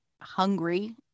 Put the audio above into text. hungry